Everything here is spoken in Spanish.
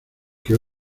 que